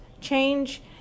change